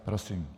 Prosím.